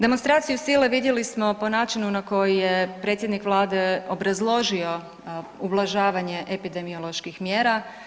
Demonstraciju sile vidjeli smo po načinu na koji je predsjednik Vlade obrazložio ublažavanje epidemioloških mjera.